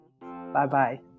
Bye-bye